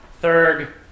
third